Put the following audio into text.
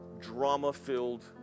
drama-filled